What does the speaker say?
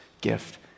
gift